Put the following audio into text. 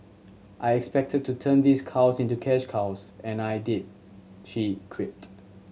I expected to turn these cows into cash cows and I did she quipped